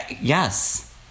Yes